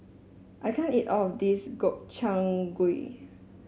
I can't eat all of this Gobchang Gui